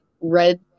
red